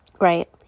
right